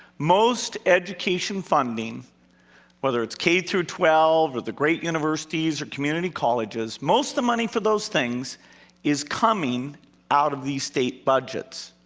most education funding whether it's k through twelve, or the great universities or community colleges most of the money for those things is coming out of these state budgets.